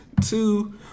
two